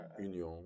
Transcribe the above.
union